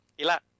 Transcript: Ila